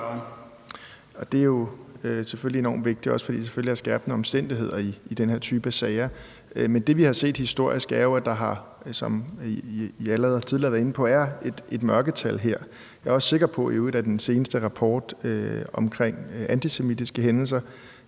Det er jo selvfølgelig enormt vigtigt, også fordi det er en skærpende omstændighed i den her type af sager. Men det, vi har set historisk, er jo, at der, som I allerede tidligere har været inde på, er et mørketal her. Jeg er i øvrigt også sikker på, hvad angår den seneste rapport om antisemitiske hændelser,